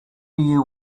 you